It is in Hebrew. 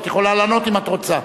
את יכולה לענות אם את רוצה.